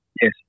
yes